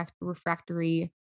refractory